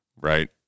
Right